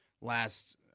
last